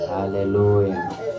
Hallelujah